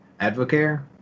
Advocare